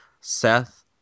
Seth